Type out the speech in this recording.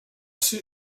ser